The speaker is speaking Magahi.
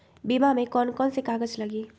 बीमा में कौन कौन से कागज लगी?